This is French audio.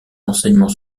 enseignement